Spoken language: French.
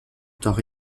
temps